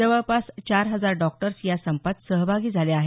जवळपास चार हजार डॉक्टर्स या संपात सहभागी झाले आहेत